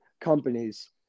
companies